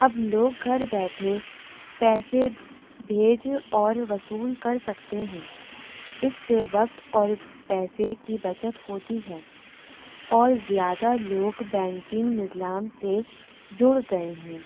اب لوگ گھر بیٹھے پیسے بھیج اور وصول کر سکتے ہیں اس سے وقت اور پیسے کی بچت ہوتی ہے اور زیادہ لوگ بینکنگ نظام سے جڑ گئے ہیں